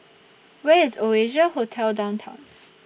Where IS Oasia Hotel Downtown